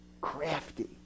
Crafty